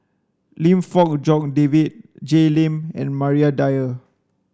Lim Fong Jock David Jay Lim and Maria Dyer